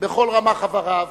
בכל רמ"ח איבריו,